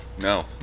No